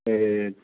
ए